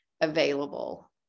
available